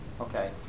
Okay